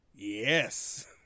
Yes